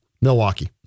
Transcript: Milwaukee